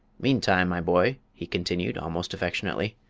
meantime, my boy, he continued, almost affectionately,